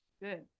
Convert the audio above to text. Good